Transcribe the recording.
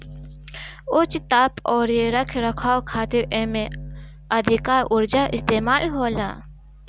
उच्च ताप अउरी रख रखाव खातिर एमे अधिका उर्जा इस्तेमाल होला